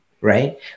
right